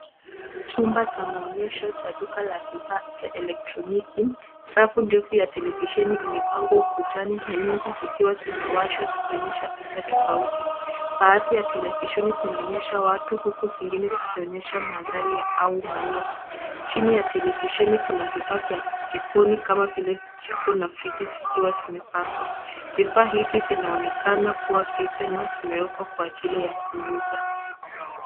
Chumba cha maonyesha cha duka la vifaa vya elektroniki. Safu ndefu ya televisheni imepangwa ukutani na nyingi zikiwa zimewashwa zikionyesha picha tofauti. Baadhi ya televisheni zinaonyesha watu huku zingine zikionyesha mandhari au maua. Chini ya televisheni kuna vifaa vya jikoni kama vile jiko na friji zikiwa zimepangwa. Vifaa hivi vinaonekana kuwa vipya na vimewekwa kwa ajili ya kuuza.